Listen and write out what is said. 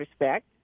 respect